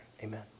Amen